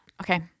Okay